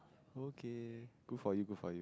okay good for you good for you